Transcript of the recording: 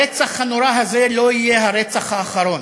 הרצח הנורא הזה לא יהיה הרצח האחרון.